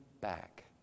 back